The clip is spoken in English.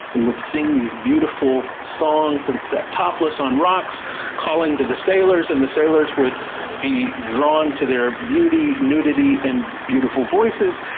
and would sing these beautiful songs, and sit topless on rocks calling to the sailors, and the sailors would be drawn to their beauty, nudity and beautiful voices.